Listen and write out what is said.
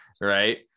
Right